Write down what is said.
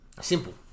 Simple